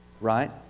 right